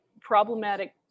problematic